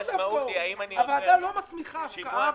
הוועדה לא מסמיכה להפקעה.